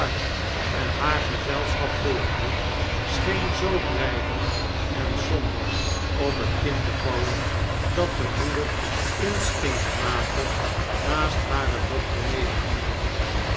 en haar gezelschap volgde scbeen zoo dreigend en somber op het kind te vallen dat de moeder instinctmatig naast hare dochter nederknielde